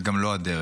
וזו גם לא הדרך.